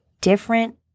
different